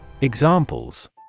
Examples